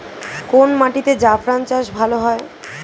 কোন মাটিতে জাফরান চাষ ভালো হয়?